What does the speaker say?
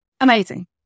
Amazing